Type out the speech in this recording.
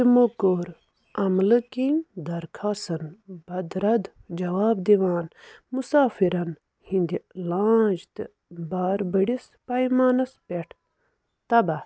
تِمَو کوٚر عملہٕ كِنۍ درخاسن بدرد جواب دِوان مُسافِرَن ہٕنٛدِ لانٛج تہٕ بار بٔڈِس پَیمانس پؠٹھ تباہ